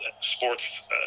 sports